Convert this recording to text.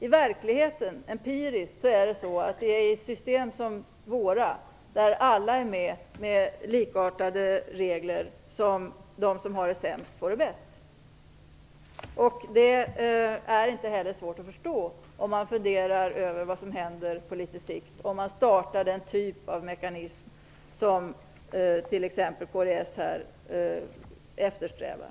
I verkligheten - empiriskt - är det i system som våra, där alla är med och där reglerna är likartade, som de som har det sämst får det bäst. Det är inte svårt att förstå om man funderar över vad som händer på litet sikt om man startar den typ av mekanism som t.ex. kds eftersträvar.